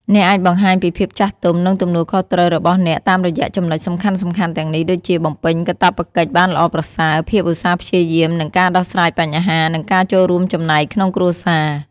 អ្នកអាចបង្ហាញពីភាពចាស់ទុំ និងទំនួលខុសត្រូវរបស់អ្នកតាមរយៈចំណុចសំខាន់ៗទាំងនេះ ដូចជា បំពេញកាតព្វកិច្ចបានល្អប្រសើរ ភាពឧស្សាហ៍ព្យាយាម និងការដោះស្រាយបញ្ហា និងការចូលរួមចំណែកក្នុងគ្រួសារ។